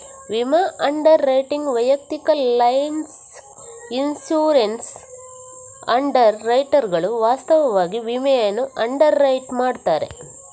ವಿಮಾ underwriting ವೈಯಕ್ತಿಕ lines insurance ಅಂಡರ್ ರೈಟರುಗಳು ವಾಸ್ತವವಾಗಿ ವಿಮೆಯನ್ನು ಅಂಡರ್ ರೈಟ್ ಮಾಡುತ್ತಾರೆ